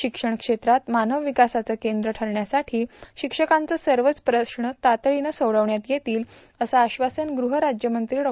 शिक्षण क्षेत्र मानव विकासाचं केंद्र ठरण्यासाठी शिक्षकांचे सर्वच प्रश्न तातडीनं सोडविण्यात येईल असं आश्वासन गृह राज्यमंत्री डॉ